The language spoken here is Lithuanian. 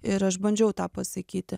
ir aš bandžiau tą pasakyti